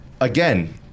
again